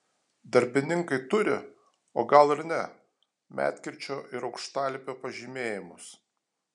darbininkai turi o gal ir ne medkirčio ir aukštalipio pažymėjimus